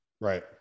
Right